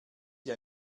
sie